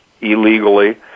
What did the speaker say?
illegally